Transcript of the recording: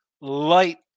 light